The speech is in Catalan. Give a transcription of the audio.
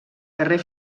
carrer